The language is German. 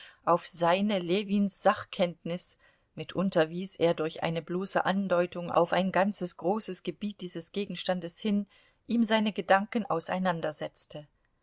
auf seine ljewins sachkenntnis mitunter wies er durch eine bloße andeutung auf ein ganzes großes gebiet dieses gegenstandes hin ihm seine gedanken auseinandersetzte